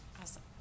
Awesome